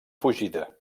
fugida